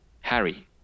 Harry